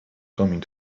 coming